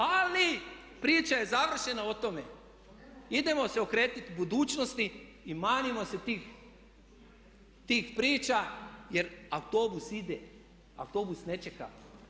Ali priča je završena o tome idemo se okrenuti budućnosti i manimo se tih priča jer autobus ide, autobus ne čeka.